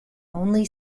only